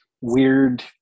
weird